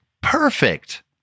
perfect